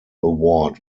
award